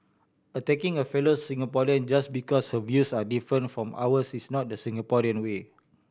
attacking a fellow Singaporean just because her views are different from ours is not the Singaporean way